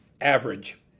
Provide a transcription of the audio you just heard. Average